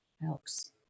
helps